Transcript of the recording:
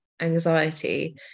anxiety